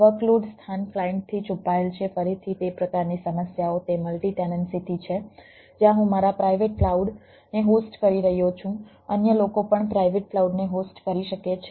workload સ્થાન ક્લાયન્ટથી છુપાયેલ છે ફરીથી તે પ્રકારની સમસ્યાઓ તે મલ્ટી ટેનન્સીથી છે જ્યાં હું મારા પ્રાઇવેટ ક્લાઉડને હોસ્ટ કરી રહ્યો છું અન્ય લોકો પણ પ્રાઇવેટ ક્લાઉડને હોસ્ટ કરી શકે છે